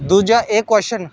दूआ एह् कोशन